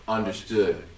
Understood